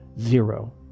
zero